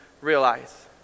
realize